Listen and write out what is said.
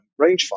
rangefinder